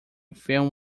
film